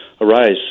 arise